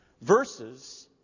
verses